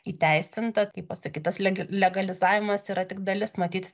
įteisinta kaip pasakyt tas leg legalizavimas yra tik dalis matyt